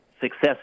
success